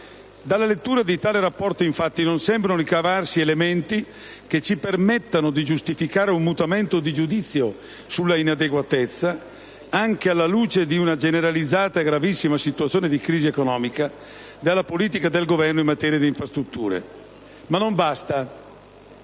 Dalla lettura di tale Rapporto, infatti, non sembrano ricavarsi elementi che ci permettano di giustificare un mutamento di giudizio sull'inadeguatezza, anche alla luce di una generalizzata e gravissima situazione di crisi economica, della politica del Governo in materia di infrastrutture. Ma non basta.